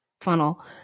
funnel